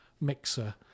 mixer